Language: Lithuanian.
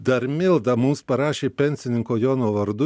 dar milda mums parašė pensininko jono vardu